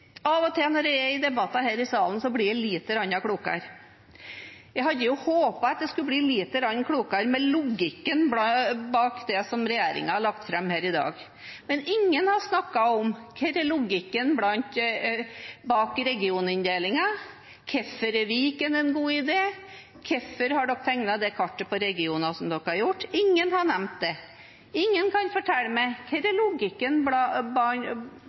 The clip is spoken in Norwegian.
Av og til når jeg er i debatter her i salen, blir jeg litt klokere. Jeg hadde håpet jeg skulle bli litt klokere med tanke på logikken bak det som regjeringen har lagt fram her i dag. Men ingen har snakket om logikken bak regioninndelingen: Hvorfor er Viken en god idé? Hvorfor har man tegnet det kartet for regioner som man har gjort? Ingen har nevnt det. Ingen kan fortelle meg hva som er logikken